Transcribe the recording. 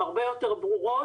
הרבה יותר ברורות.